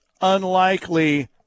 unlikely